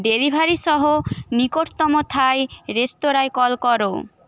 ডেলিভারিসহ নিকটতম থাই রেস্তোরাঁয় কল করো